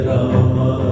Rama